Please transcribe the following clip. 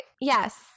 Yes